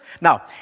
Now